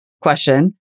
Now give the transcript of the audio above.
question